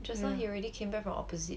just now he already came back from opposite